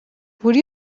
would